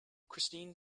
christine